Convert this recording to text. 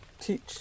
teach